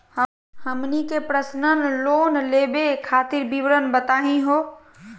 हमनी के personal loan लेवे खातीर विवरण बताही हो?